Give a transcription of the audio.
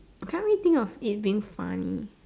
I can't really think of it being funny